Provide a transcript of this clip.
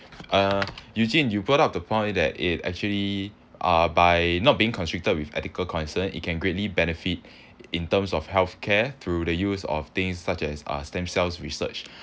uh eugene you brought up the point that it actually uh by not being constricted with ethical concern it can greatly benefit in terms of health care through the use of things such as uh stem cell research